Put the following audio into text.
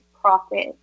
profit